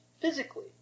physically